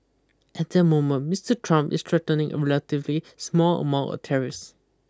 at the moment Mister Trump is threatening a relatively small amount of tariffs